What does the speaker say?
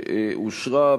שאושרה,